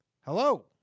Hello